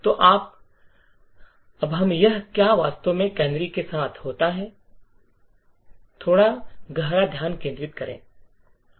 तो अब हम क्या वास्तव में कैनरी के साथ होता है में थोड़ा गहरा ध्यान केंद्रित करते हैं